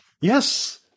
Yes